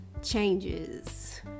changes